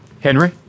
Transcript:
Henry